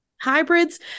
hybrids